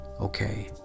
okay